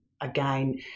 again